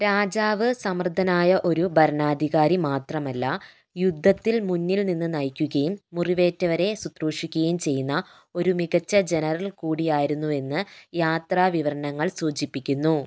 രാജാവ് സമർത്ഥനായ ഒരു ഭരണാധികാരി മാത്രമല്ല യുദ്ധത്തിൽ മുന്നിൽ നിന്ന് നയിക്കുകയും മുറിവേറ്റവരെ ശുശ്രൂഷിക്കുകയും ചെയ്യുന്ന ഒരു മികച്ച ജനറൽ കൂടിയായിരുന്നുവെന്ന് യാത്രാവിവരണങ്ങൾ സൂചിപ്പിക്കുന്നു